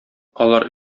алар